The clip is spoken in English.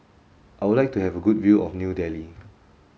I would like to have a good view of New Delhi